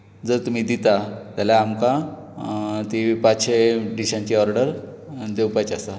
जर तुमी दिता जाल्यार आमकां ती पांचशे डिशांची ऑर्डर दिवपाची आसा